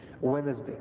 Wednesday